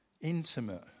intimate